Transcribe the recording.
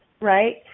Right